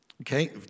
Okay